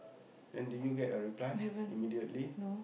and did you get a reply immediately